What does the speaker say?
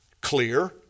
clear